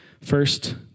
First